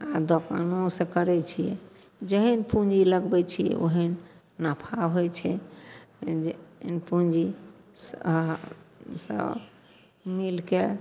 आओर दोकानोसे करै छिए जेहन पूँजी लगबै छिए ओहन नफा होइ छै जेहन पूँजी सभ मिलिके